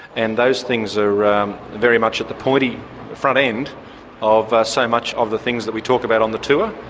and those things are very much at the pointy front end of so much of the things that we talk about on the tour,